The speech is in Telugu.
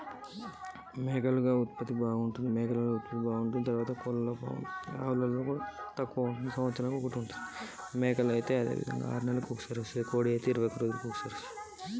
ఆవులు కోడి మేకలు ఇందులో ఏది మంచి ఉత్పత్తి?